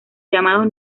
llamados